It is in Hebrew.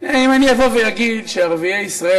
אם אני אבוא ואגיד שערביי ישראל,